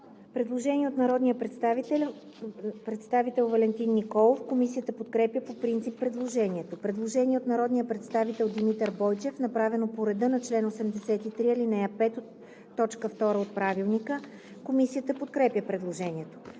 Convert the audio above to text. предложение от народния представител Валентин Николов. Комисията подкрепя по принцип предложението. Предложение от народния представител Димитър Бойчев, направено по реда на чл. 83, ал. 5, т. 2 от Правилника за организацията